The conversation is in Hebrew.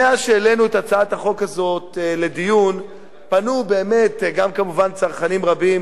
מאז שהעלינו את הצעת החוק הזאת לדיון פנו באמת גם צרכנים רבים,